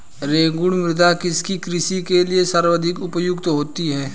रेगुड़ मृदा किसकी कृषि के लिए सर्वाधिक उपयुक्त होती है?